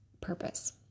purpose